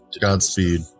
Godspeed